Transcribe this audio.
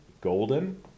golden